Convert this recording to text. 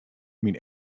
myn